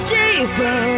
deeper